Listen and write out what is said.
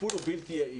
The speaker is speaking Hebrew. הטיפול הוא בלתי יעיל.